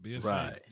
Right